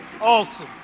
Awesome